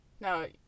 No